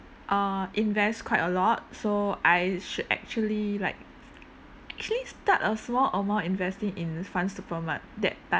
uh invest quite a lot so I should actually like actually start a small amount investing in Fundsupermart that time